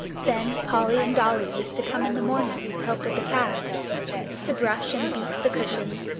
then polly and dolly used to come in the morning to help with the cab to brush and beat the cushions,